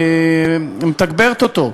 מתגברת אותו.